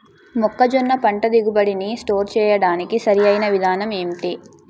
మొక్కజొన్న పంట దిగుబడి నీ స్టోర్ చేయడానికి సరియైన విధానం ఎంటి?